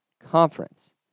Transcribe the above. Conference